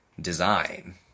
design